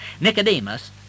Nicodemus